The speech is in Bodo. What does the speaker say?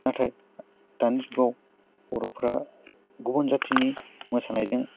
नाथाय दानि जुगाव बर'फ्रा गुबुन जाथिनि मोसानायजों